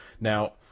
Now